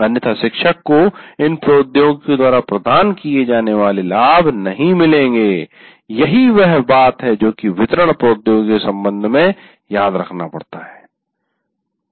अन्यथा शिक्षक को इन प्रौद्योगिकियों द्वारा प्रदान किए जाने वाले लाभ नहीं मिलेंगे यही वह बात है जो कि वितरण प्रौद्योगिकियों के संबंध में याद रखना पड़ता है